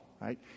right